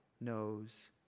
knows